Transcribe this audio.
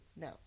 No